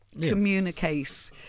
communicate